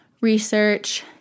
research